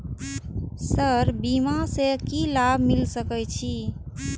Sir बीमा से की लाभ मिल सके छी?